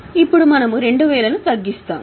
కాబట్టి మనము 2000 ని తగ్గిస్తాము